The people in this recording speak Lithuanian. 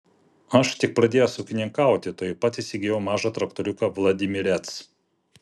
aš tik pradėjęs ūkininkauti tuojau pat įsigijau mažą traktoriuką vladimirec